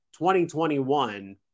2021